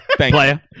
Player